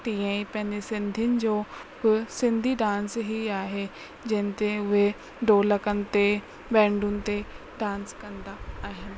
तीअं ई पंहिंजे सिंधीयुनि जो बि सिंधी डांस ई आहे जंहिंते उहे ढोलकनि ते बैंडुनि ते डांस कंदा आहिन